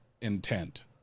intent